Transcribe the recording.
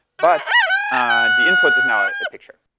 but the input is now a picture,